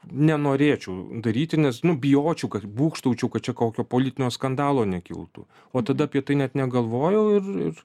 nenorėčiau daryti nes nu bijočiau kad būgštaučiau kad čia kokio politinio skandalo nekiltų o tada apie tai net negalvojau ir ir